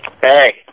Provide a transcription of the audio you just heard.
Hey